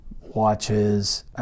watches